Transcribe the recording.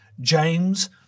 James